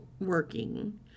working